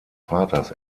vaters